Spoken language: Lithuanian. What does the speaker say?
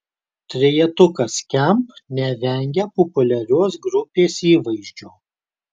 trejetukas skamp nevengia populiarios grupės įvaizdžio